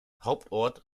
hauptort